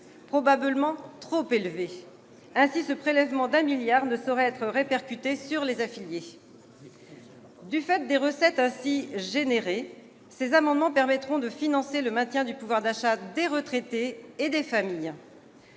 probablement trop élevés. Ainsi, ce prélèvement de 1 milliard d'euros ne saurait être répercuté sur les affiliés. Du fait des recettes ainsi produites, ces amendements permettront de financer le maintien du pouvoir d'achat des retraités et des familles.